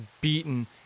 beaten